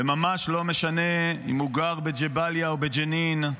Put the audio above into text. וממש לא משנה אם הוא גר בג'באליה או בג'נין,